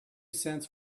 cents